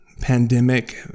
pandemic